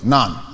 None